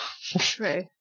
True